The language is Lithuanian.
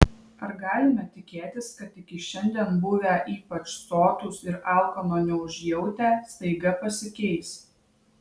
ar galime tikėtis kad iki šiandien buvę ypač sotūs ir alkano neužjautę staiga pasikeis